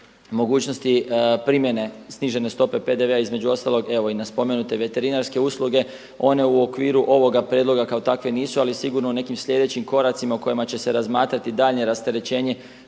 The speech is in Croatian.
mogućnosti primjene snižene stope PDV-a između ostalog evo i na spomenute veterinarske usluge. One u okviru ovoga prijedloga kao takve nisu, ali sigurno u nekim sljedećim koracima u kojima će se razmatrati daljnje rasterećenje